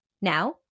Now